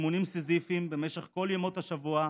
באימונים סיזיפיים במשך כל ימות השבוע,